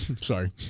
Sorry